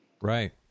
Right